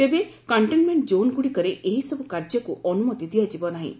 ତେବେ କଣ୍ଟେନ୍ମେଣ୍ଟ ଜୋନ୍ଗୁଡ଼ିକରେ ଏହି ସବୁ କାର୍ଯ୍ୟକୁ ଅନ୍ତମତି ଦିଆଯିବ ନାହିଁ